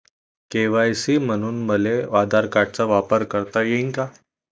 KYC म्हनून मले आधार कार्डाचा वापर करता येईन का?